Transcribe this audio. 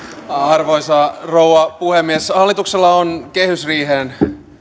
arvoisa rouva puhemies hallituksella on kehysriiheen